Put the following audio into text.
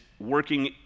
working